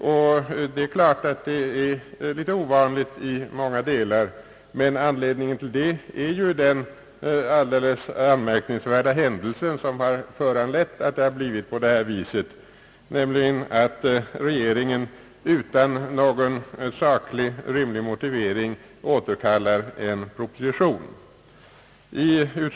Och det är klart att utlåtandet är litet ovanligt i många delar, men anledningen till det är ju den anmärkningsvärda händelse, som jag nyss nämnde, nämligen att regeringen utan någon sakligt rimlig motivering återkallar en proposition.